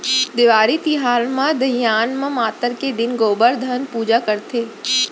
देवारी तिहार म दइहान म मातर के दिन गोबरधन पूजा करथे